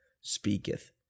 speaketh